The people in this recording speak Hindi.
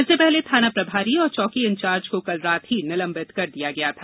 इससे पहले थाना प्रभारी और चौकी इंचार्ज को कल रात ही निलंबित कर दिया गया था